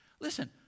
listen